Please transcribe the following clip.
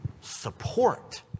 support